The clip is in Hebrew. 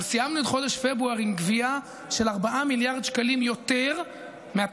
אבל סיימנו את חודש פברואר עם גבייה של 4 מיליארד שקלים יותר מהתחזית,